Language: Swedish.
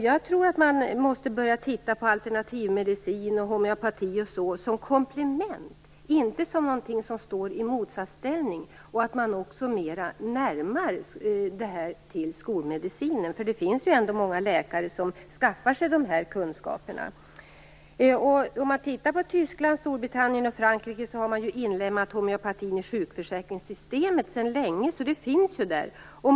Jag tror att man måste börja se på alternativmedicin och homeopati som ett komplement, inte som något som står i motsats till skolmedicin, och att man också bör närma de alternativa metoderna skolmedicinen. Det finns ju ändå många läkare som skaffar sig de här kunskaperna. I Tyskland, Storbritannien och Frankrike är homeopatin sedan länge inlemmad i sjukförsäkringssystemet.